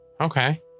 okay